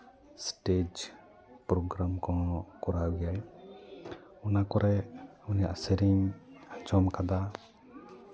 stage programme ᱠᱚᱦᱚᱸ ᱠᱚᱨᱟᱣ ᱜᱮᱭᱟᱭ ᱚᱱᱟ ᱠᱚᱨᱮᱫ ᱩᱱᱤᱭᱟᱜ ᱥᱮᱹᱨᱮᱹᱧ ᱟᱸᱡᱚᱢ ᱟᱠᱟᱫᱟ